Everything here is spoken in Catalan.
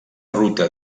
ruta